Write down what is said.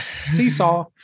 Seesaw